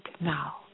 now